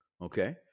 okay